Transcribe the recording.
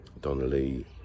donnelly